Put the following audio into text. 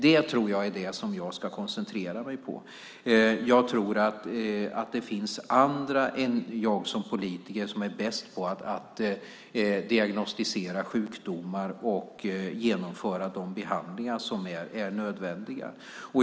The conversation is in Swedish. Det tror jag är det som jag ska koncentrera mig på. Jag tror att det finns andra än jag som politiker som är bäst på att diagnostisera sjukdomar och genomföra de behandlingar som är nödvändiga.